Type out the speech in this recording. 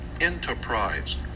Enterprise